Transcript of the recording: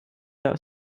der